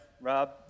Rob